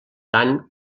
tant